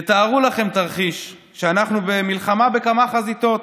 תתארו לכם תרחיש שאנחנו במלחמה בכמה חזיתות,